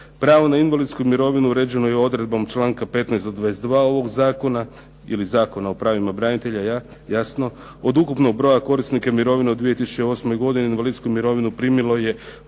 Pravo na invalidsku mirovinu uređeno je odredbom članka 15 do 22 ovog zakona ili Zakona o pravima branitelja jasno. Od ukupnog broja korisnika mirovina u 2008. godini invalidsku mirovinu primilo je